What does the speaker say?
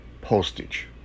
postage